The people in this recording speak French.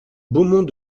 beaumont